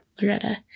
Loretta